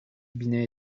binet